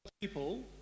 people